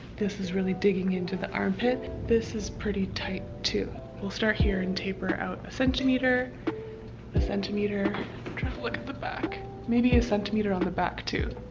this is really digging into the armpit this is pretty tight, too. we'll start here and taper out a centimeter a centimeter try to look at the back maybe a centimeter on the back too,